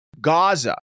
Gaza